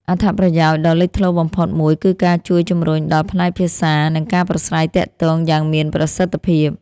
អត្ថប្រយោជន៍ដ៏លេចធ្លោបំផុតមួយគឺការជួយជំរុញដល់ផ្នែកភាសា និងការប្រស្រ័យទាក់ទងយ៉ាងមានប្រសិទ្ធភាព។